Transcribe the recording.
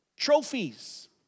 Trophies